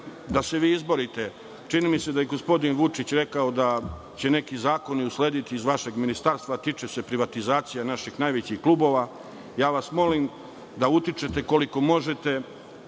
da se vi izborite. Čini mi se da je gospodin Vučić rekao da će neki zakoni uslediti iz vašeg ministarstva, a tiču se privatizacije naših najvećih klubova. Molim vas da utičete koliko možete